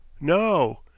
no